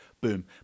Boom